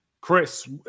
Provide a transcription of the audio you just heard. Chris